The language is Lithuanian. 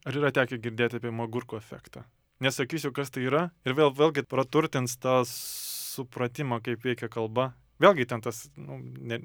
ar yra tekę girdėti apie magurko efektą nesakysiu kas tai yra ir vėl vėlgi praturtins tą supratimą kaip veikia kalba vėlgi ten tas nu ne